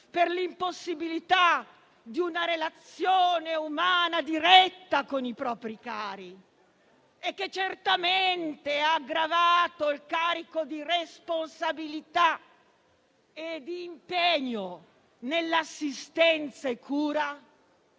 per l'impossibilità di praticare una relazione umana diretta con i propri cari e che certamente ha aggravato il carico di responsabilità e di impegno nell'assistenza e cura,